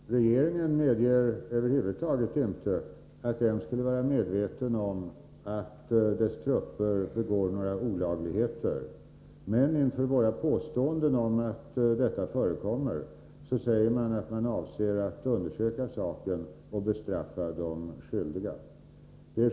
Herr talman! Regeringen medger över huvud taget inte att den skulle vara medveten om att dess trupper begår olagligheter. Men inför våra påståenden om att detta förekommer säger man att man avser att undersöka saken och bestraffa de skyldiga.